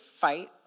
fight